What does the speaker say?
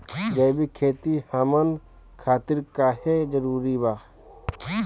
जैविक खेती हमन खातिर काहे जरूरी बा?